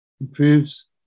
improves